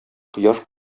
кояш